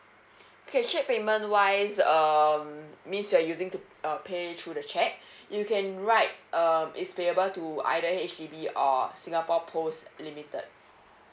okay check payment wise um means you're using to uh pay through the check you can write um is payable to either H_D_B or singapore post limited